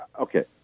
Okay